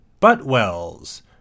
Butwells